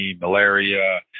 malaria